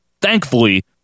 thankfully